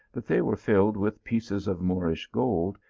that they were filled with pieces of moorish gold,